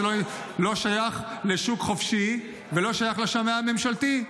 לא שייך לשוק חופשי ולא שייך לשמאי הממשלתי.